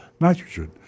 nitrogen